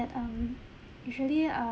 um usually